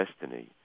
destiny